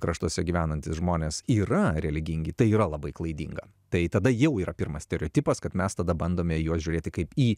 kraštuose gyvenantys žmonės yra religingi tai yra labai klaidinga tai tada jau yra pirmas stereotipas kad mes tada bandome į juos žiūrėti kaip į